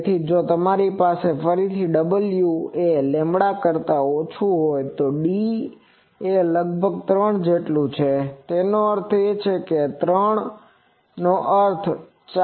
જો તમારી પાસે ફરીથી W એ કરતા ઓછું હોય તો D એ લગભગ 3 જેટલું છે તેથી તેનો અર્થ 3 નો અર્થ 4